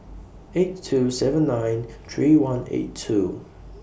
eight two seven nine three one eight two